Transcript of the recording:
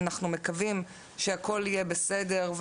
אנחנו מקווים שהכול יהיה בסדר,